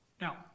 Now